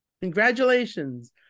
congratulations